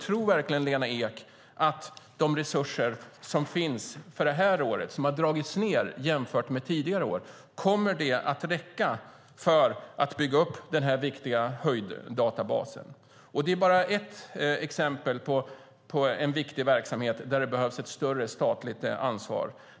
Tror verkligen Lena Ek att resurserna för det här året, som har dragits ned jämfört med tidigare år, kommer att räcka för att bygga upp den här viktiga höjddatabasen? Det är bara ett exempel på en viktig verksamhet där det behövs ett större statligt ansvar.